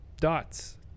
dots